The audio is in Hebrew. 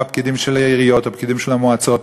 או הפקידים של העיריות או הפקידים של המועצות,